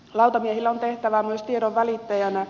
lautamiehillä on tehtävä myös tiedonvälittäjänä